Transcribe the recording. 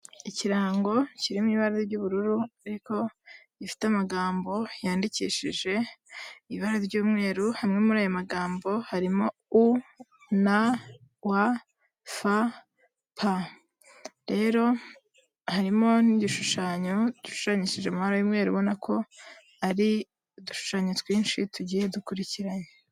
Ikirango kirimo ibara ry'ubururu ariko gifite amagambo yandikishije ibara ry'umweru, hamwe muri aya magambo harimo U, N, W, F, P. Rero harimo n'igishushanyo gishushanyishije amabara y'umweru ubona ko ari udushushanyo twinshi tugiye dukurikiranye.